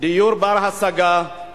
"דיור בר-השגה,